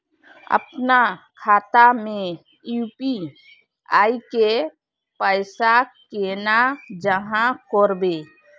अपना खाता में यू.पी.आई के पैसा केना जाहा करबे?